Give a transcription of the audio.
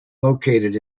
located